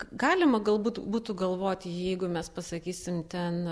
galima galbūt būtų galvot jeigu mes pasakysime ten